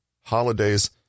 holidays